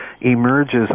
emerges